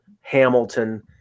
Hamilton